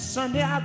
Sunday